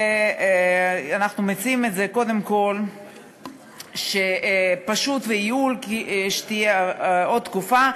אנחנו מציעים את זה קודם כול כי פשוט ויעיל שתהיה עוד תקופה,